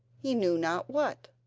he knew not what.